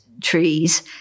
trees